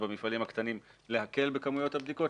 ובמפעלים הקטנים להקל בכמויות הבדיקות,